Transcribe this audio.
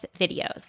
videos